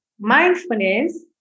mindfulness